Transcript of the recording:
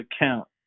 account